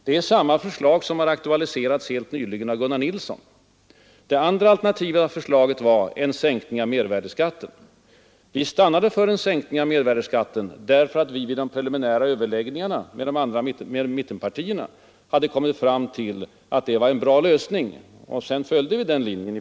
Det är samma förslag som har framkastats helt nyligen av Gunnar Nilsson i LO. Det andra alternativa förslaget var en sänkning av mervärdeskatten. Vi stannade för en sänkning av mervärdeskatten därför att vi vid de preliminära överläggningarna med mittenpartierna hade kommit fram till att det var en bra lösning. I fortsättningen följde vi den linjen.